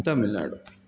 Tamil Nadu